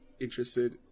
interested